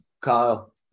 Kyle